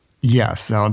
Yes